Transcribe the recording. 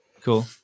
Cool